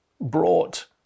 brought